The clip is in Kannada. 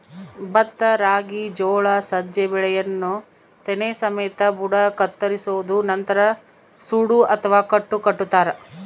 ಭತ್ತ ರಾಗಿ ಜೋಳ ಸಜ್ಜೆ ಬೆಳೆಯನ್ನು ತೆನೆ ಸಮೇತ ಬುಡ ಕತ್ತರಿಸೋದು ನಂತರ ಸೂಡು ಅಥವಾ ಕಟ್ಟು ಕಟ್ಟುತಾರ